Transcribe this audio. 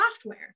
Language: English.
software